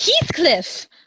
Heathcliff